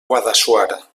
guadassuar